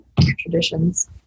Traditions